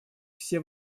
все